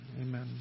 Amen